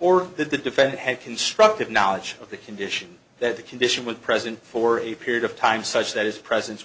or that the defendant had constructive knowledge of the condition that the condition would present for a period of time such that his presence